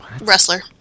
wrestler